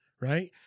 right